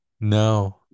no